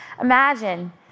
Imagine